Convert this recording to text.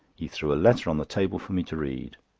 he threw a letter on the table for me to read.